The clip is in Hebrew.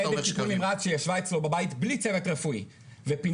טיפול נמרץ שישבה אצלו בבית בלי צוות רפואי ופינה